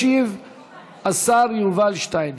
ישיב השר יובל שטייניץ.